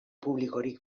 publikorik